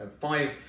five